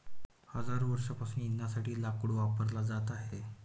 हजारो वर्षांपासून इंधनासाठी लाकूड वापरला जात आहे